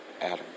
Adam